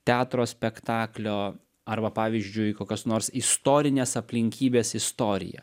teatro spektaklio arba pavyzdžiui kokios nors istorinės aplinkybės istoriją